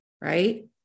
right